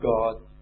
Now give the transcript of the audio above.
God